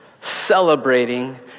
celebrating